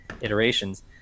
iterations